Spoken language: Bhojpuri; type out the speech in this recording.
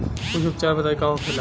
कुछ उपचार बताई का होखे?